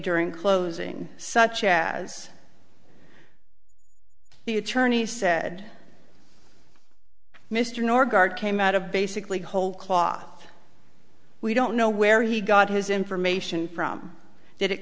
during closing such as the attorney said mr norgaard came out of basically the whole cloth we don't know where he got his information from did it